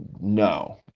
no